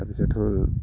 তাৰপিছত হ'ল